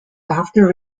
after